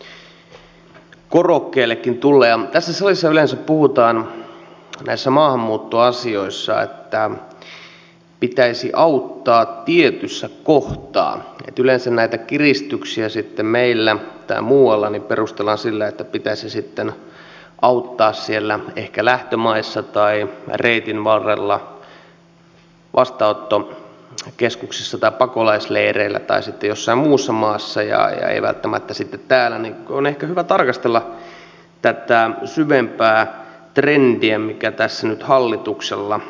kun tässä salissa yleensä puhutaan näissä maahanmuuttoasioissa että pitäisi auttaa tietyssä kohtaa yleensä näitä kiristyksiä meillä tai muualla perustellaan sillä että pitäisi sitten auttaa ehkä siellä lähtömaissa tai reitin varrella vastaanottokeskuksissa tai pakolaisleireillä tai sitten jossain muussa maassa ja ei välttämättä sitten täällä niin on ehkä hyvä tarkastella tätä syvempää trendiä mikä tässä nyt hallituksella on ollut